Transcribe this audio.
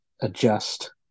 adjust